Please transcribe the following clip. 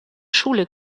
schule